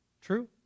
True